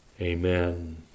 Amen